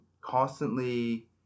constantly